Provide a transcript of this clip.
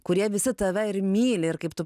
kurie visi tave ir myli ir kaip tu